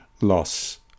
Loss